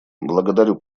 благодарю